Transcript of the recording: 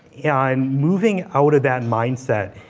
yeah um moving out of that mindset.